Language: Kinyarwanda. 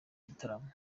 gitaramo